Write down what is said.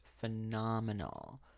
phenomenal